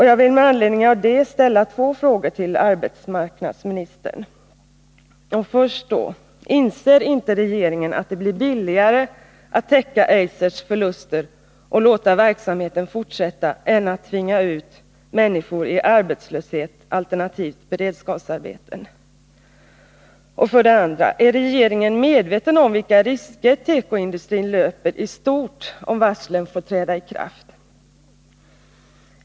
Jag vill med anledning av det ställa två frågor till arbetsmarknadsministern: Inser inte regeringen att det blir billigare att täcka Eisers förluster och låta verksamheten fortsätta än att tvinga ut människor i arbetslöshet alternativt beredskapsarbeten? Är regeringen medveten om vilka risker tekoindustrin löper i stort om varslen får träda i kraft?